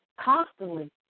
constantly